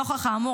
נוכח האמור,